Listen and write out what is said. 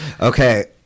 Okay